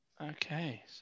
Okay